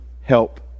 help